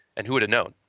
and who would've known?